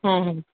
হ্যাঁ